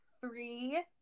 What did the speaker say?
Three